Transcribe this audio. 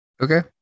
Okay